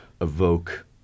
evoke